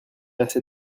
assez